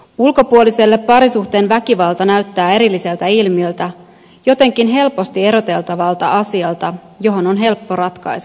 ulkopuoliselle parisuhteen väkivalta näyttää erilliseltä ilmiöltä jotenkin helposti eroteltavalta asialta johon on helppo ratkaisu